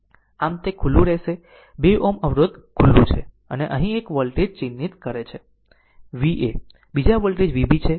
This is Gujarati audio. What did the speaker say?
આમ તે ખુલ્લું રહેશે 2 Ω અવરોધ ખુલ્લું છે અને અહીં એક વોલ્ટેજ ચિહ્નિત કરે છે Va બીજા વોલ્ટેજ Vb છે